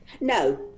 no